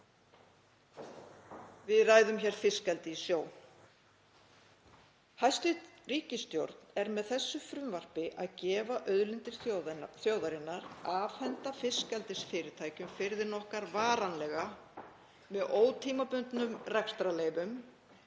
Við ræðum hér fiskeldi í sjó. Hæstv. ríkisstjórn er með þessu frumvarpi að gefa auðlindir þjóðarinnar, afhenda fiskeldisfyrirtækjum firðina okkar varanlega með ótímabundnum rekstrarleyfum